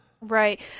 Right